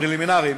הפרלימינריים,